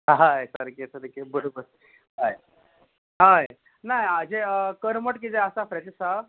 हय सारकें सारकें बरोबर हय हय ना हाजे करमट कितें आसा फ्रेश आसा